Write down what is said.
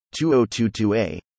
2022A